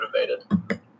motivated